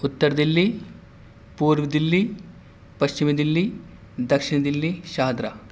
اتر دہلی پورب دہلی پشچمی دہلی دکشنی دہلی شاہدرہ